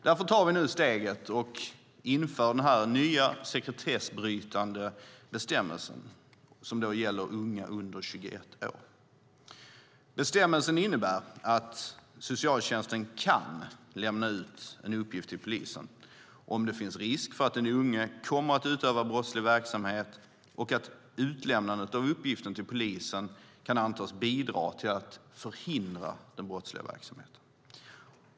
Därför tar vi nu steget och inför den nya sekretessbrytande bestämmelsen som gäller unga under 21 år. Bestämmelsen innebär att socialtjänsten kan lämna ut en uppgift till polisen om det finns risk för att den unge kommer att utöva brottslig verksamhet och att utlämnandet av uppgiften till polisen kan antas bidra till att förhindra den brottsliga verksamheten.